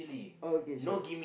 okay sure